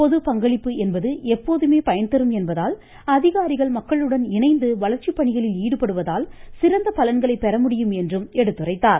பொதுப்பங்களிப்பு என்பது எப்போதுமே பயன்தரும் என்பதால் அதிகாரிகள் மக்களுடன் இணைந்து வளர்ச்சி பணிகளில் ஈடுபடுவதால் சிறந்த பலன்களை பெற முடியும் என்றும் எடுத்துரைத்தார்